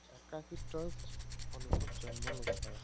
একাকীত্বৰ অনুভৱ জন্ম ল'ব পাৰে